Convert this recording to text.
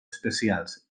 especials